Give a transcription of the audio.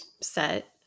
set